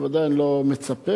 בוודאי אני לא מצפה,